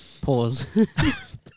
pause